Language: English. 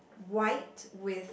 white with